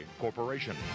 Corporation